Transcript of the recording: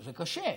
זה קשה.